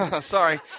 Sorry